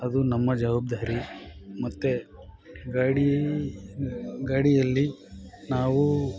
ಅದು ನಮ್ಮ ಜವಾಬ್ದಾರಿ ಮತ್ತು ಗಾಡಿ ಗಾಡಿಯಲ್ಲಿ ನಾವು